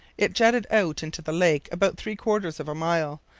it jutted out into the lake about three-quarters of a mile,